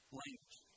language